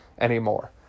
anymore